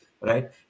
Right